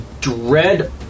Dread